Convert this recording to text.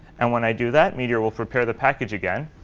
and when i do that, meteor will prepare the package again.